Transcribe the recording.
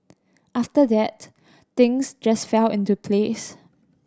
after that things just fell into place